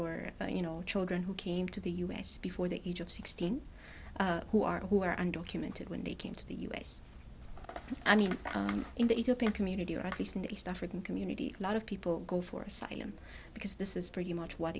or you know children who came to the u s before the age of sixteen who are who are undocumented when they came to the u s i mean in the ethiopian community or at least in the east african community a lot of people go for asylum because this is pretty much what